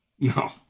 No